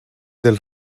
del